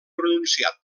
pronunciat